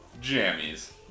Jammies